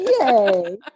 Yay